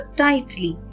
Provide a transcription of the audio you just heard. tightly